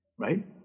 right